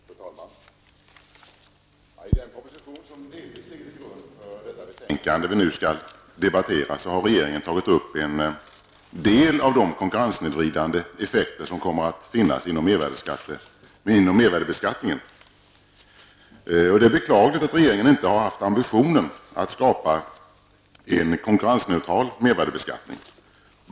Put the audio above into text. Fru talman! I den proposition som delvis ligger till grund för det betänkande som vi nu skall debattera har regeringen tagit upp en del av de konkurrenssnedvridande effekter som kommer att finnas inom mervärdebeskattningen. Det är beklagligt att regeringen inte har haft ambitionen att skapa en konkurrensneutral mervärdebeskattning.